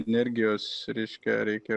energijos reiškia reikia